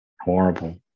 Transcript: horrible